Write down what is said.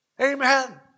Amen